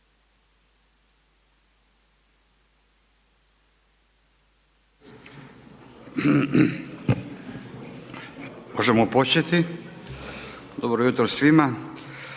Možemo početi. Dobro jutro svima.